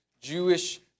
Jewish